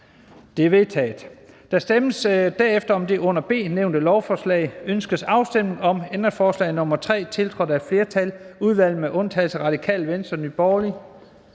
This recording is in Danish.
Det er vedtaget. Der stemmes derefter om det under B nævnte lovforslag: Ønskes afstemning om ændringsforslag nr. 3, tiltrådt af et flertal (udvalget med undtagelse af RV og